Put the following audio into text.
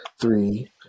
three